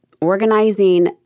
organizing